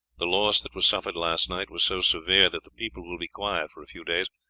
the loss that was suffered last night was so severe that the people will be quiet for a few days,